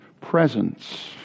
presence